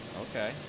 okay